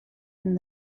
and